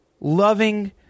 loving